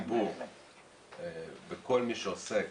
נושא טיפול בפניות הציבור וכל מי שעוסק